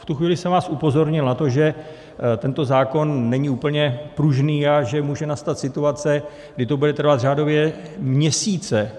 V tu chvíli jsem vás upozornil na to, že tento zákon není úplně pružný a že může nastat situace, kdy to bude trvat řádově měsíce.